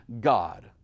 God